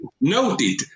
noted